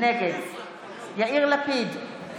נגד יאיר לפיד,